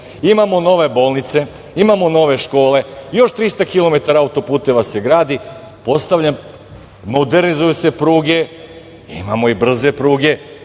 imamo nove bolnice, imamo nove škole, još 300 kilometara autoputeva se gradi, modernizuju se pruge, imamo i brze pruge.